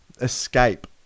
Escape